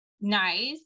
nice